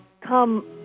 come